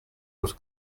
los